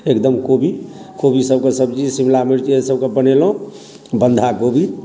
एकदम कोबी कोबी सबके सब्जी शिमला मिर्च इएह सबके बनेलहुँ बन्धा गोबी